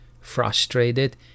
Frustrated